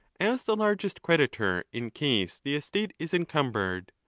as the largest creditor, in case the estate is encumbered.